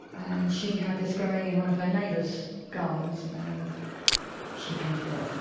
and she had this growing in one of her neighbour's gardens and she painted it,